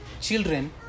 children